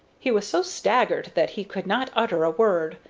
he was so staggered that he could not utter a word,